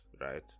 right